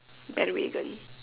bandwagon